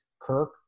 Kirk